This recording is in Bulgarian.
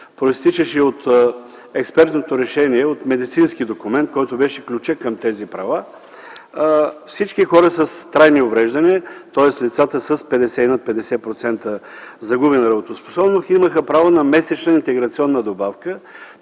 произтичаше от експертното решение от медицинския документ, който беше ключът към тези права, всички хора с трайни увреждания, тоест лицата с 50 и над 50% загубена работоспособност, имаха право на месечна интеграционна добавка.